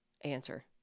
answer